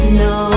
no